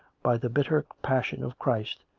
by the bitter passion of christ,